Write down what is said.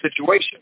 situation